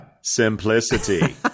simplicity